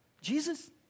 Jesus